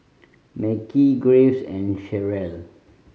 Mekhi Graves and Cherrelle